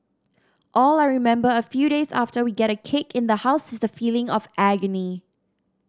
all I remember a few days after we get a cake in the house is the feeling of agony